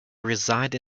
reside